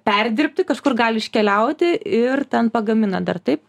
perdirbti kažkur gali iškeliauti ir ten pagaminat dar taip